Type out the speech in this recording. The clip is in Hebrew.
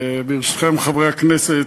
ברשותכם, חברי הכנסת,